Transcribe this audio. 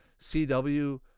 cw